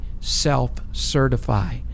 self-certify